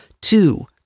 Two